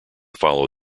follow